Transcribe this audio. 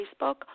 Facebook